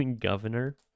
governor